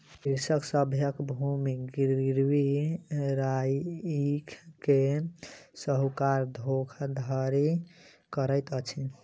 कृषक सभक भूमि गिरवी राइख के साहूकार धोखाधड़ी करैत अछि